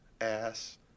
ass